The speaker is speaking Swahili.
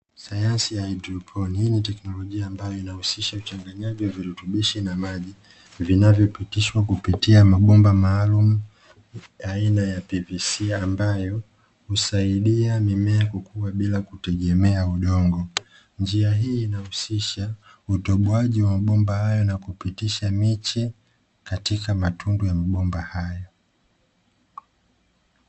Sayansi ya haidroponi ni teknolojia ambayo inahusisha uchangayaji wa virutubishi na maji, vinavopitishwa kupitia mabomba maalumu aina ya PVC. Ambayo husaidia mimea kukua bila kutegemea udongo, njii hii inahusisha utoboaji wa mabomba hayo, na kupitisha miche katika matundu ya mabomba haya.